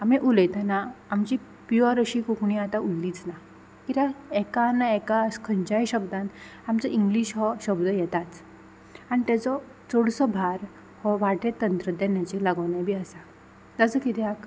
आमी उलयतना आमची प्युअर अशी कोंकणी आतां उरलीच ना कित्याक एका ना एका खंयच्याय शब्दान आमचो इंग्लीश हो शब्द येताच आनी ताचो चडसो भार हो वाटे तंत्रज्ञानाचेर लागुनूय बी आसा तसो कित्याक